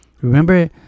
Remember